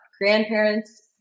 grandparents